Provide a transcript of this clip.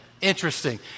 Interesting